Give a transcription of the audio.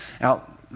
out